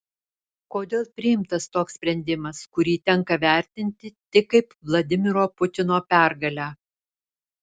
kodėl priimtas toks sprendimas kurį tenka vertinti tik kaip vladimiro putino pergalę